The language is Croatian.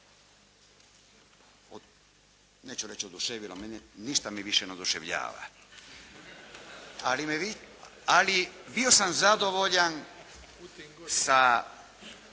neću reći oduševilo, ništa me više ne oduševljava. Ali bio sam zadovoljan sa